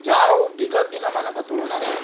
ଯାହାହେଉ ବିଗତ ଦିନମାନଙ୍କ ତୁଳନାରେ